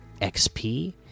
xp